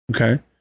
Okay